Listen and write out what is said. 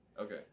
Okay